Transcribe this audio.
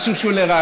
משהו שהוא לרעתי.